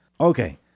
Okay